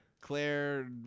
Claire